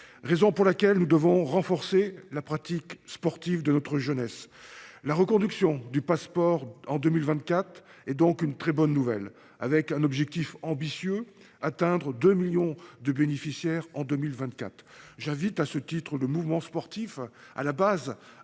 raison pour laquelle nous devons renforcer la pratique sportive de notre jeunesse. La reconduction du Pass’Sport en 2024 est donc une très bonne nouvelle. L’objectif est ambitieux : atteindre 2 millions de bénéficiaires en 2024. J’invite l’ensemble du mouvement sportif à mieux